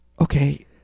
okay